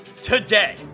today